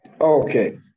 okay